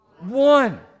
one